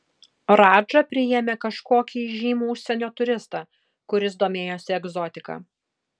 radža priėmė kažkokį įžymų užsienio turistą kuris domėjosi egzotika